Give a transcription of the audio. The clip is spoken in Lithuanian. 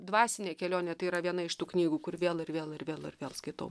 dvasinė kelionė tai yra viena iš tų knygų kur vėl ir vėl ir vėl ir vėl skaitau